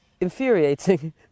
infuriating